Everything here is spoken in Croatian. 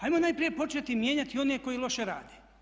Ajmo najprije početi mijenjati one koji loše rade.